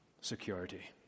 security